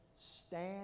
Stand